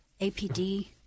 APD